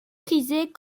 frisés